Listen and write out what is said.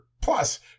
plus